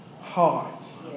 hearts